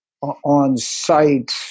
on-site